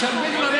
על חשבון המעסיק.